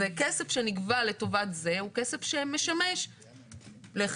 כסף שנגבה לטובת זה הוא כסף שמשמש לחינוך,